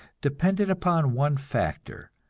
depended upon one factor,